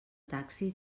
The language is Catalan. taxi